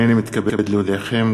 הנני מתכבד להודיעכם,